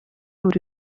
buri